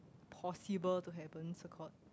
possible to happen so called